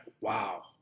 wow